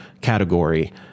category